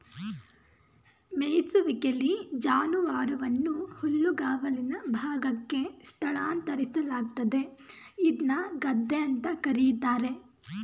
ಮೆಯಿಸುವಿಕೆಲಿ ಜಾನುವಾರುವನ್ನು ಹುಲ್ಲುಗಾವಲಿನ ಭಾಗಕ್ಕೆ ಸ್ಥಳಾಂತರಿಸಲಾಗ್ತದೆ ಇದ್ನ ಗದ್ದೆ ಅಂತ ಕರೀತಾರೆ